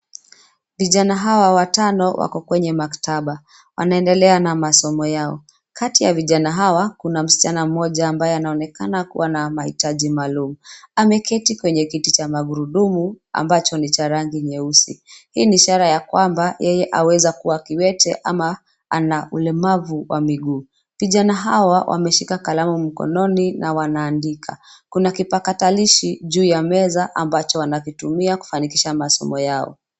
Vijana hawa watano wako kwenye maktaba, wanaendelea na masomo yao, kati ya vijana hawa, kuna msichana mmoja ambaye anaonekana kuwa na mahitaji maalum, ameketi kwenye kiti cha magurudumu, ambacho ni cha rangi nyeusi, hii ni ishara ya kwamba yeye aweza kuwa kiwete ama, ana ulemavu wa miguu, vijana hawa wameshika kalamu mkononi na wanaandika, kuna kipakatilishi juu ya meza ambacho wanavitumia kufanikisha masomo yao.